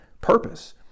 purpose